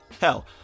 Hell